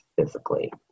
physically